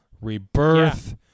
rebirth